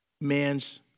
man's